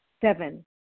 Seven